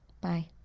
Bye